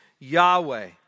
Yahweh